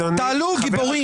תעלו גיבורים.